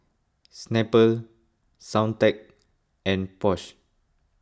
Snapple Soundteoh and Porsche